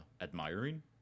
admiring